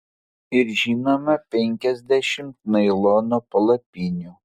ir žinoma penkiasdešimt nailono palapinių